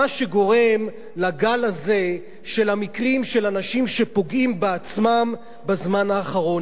מה שגורם לגל הזה של המקרים של אנשים שפוגעים בעצמם בזמן האחרון.